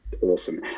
Awesome